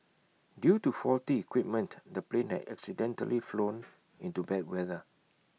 due to faulty equipment the plane had accidentally flown into bad weather